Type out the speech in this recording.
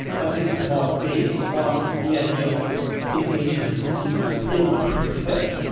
but this is all based on the idea of engaging consumers in the process,